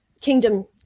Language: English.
kingdom